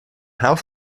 house